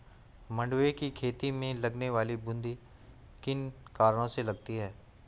मंडुवे की खेती में लगने वाली बूंदी किन कारणों से लगती है?